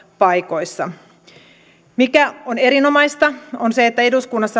paikoissa se mikä on erinomaista on se että eduskunnassa